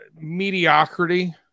mediocrity